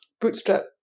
bootstrap